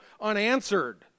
unanswered